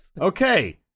Okay